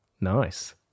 Nice